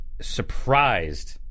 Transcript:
surprised